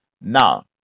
Now